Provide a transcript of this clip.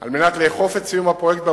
על מנת לאכוף את סיום הפרויקט במועד,